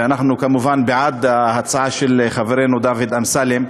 ואנחנו כמובן בעד ההצעה של חברנו דוד אמסלם.